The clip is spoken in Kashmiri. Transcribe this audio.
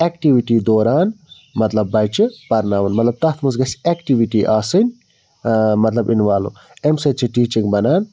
ایکٹیٛوٗٹی دوران مطلب بَچہِ پَرناوُن مطلب تَتھ منٛز گژھِ ایٚکٹیٛوٗٹی آسٕنۍ مطلب اِنوالو امہِ سۭتۍ چھِ ٹیٖچِنٛگ بَنان